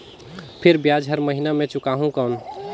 फिर ब्याज हर महीना मे चुकाहू कौन?